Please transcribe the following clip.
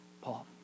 Paul